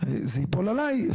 זה ייפול עליי.